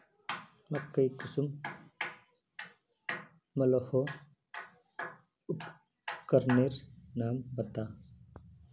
मकई कुंसम मलोहो उपकरनेर नाम बता?